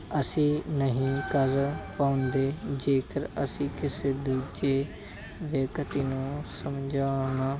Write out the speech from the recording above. ਅਸੀਂ ਨਹੀਂ ਕਰ ਪਾਉਂਦੇ ਜੇਕਰ ਅਸੀਂ ਕਿਸੇ ਦੂਜੇ ਵਿਅਕਤੀ ਨੂੰ ਸਮਝਾਉਣਾ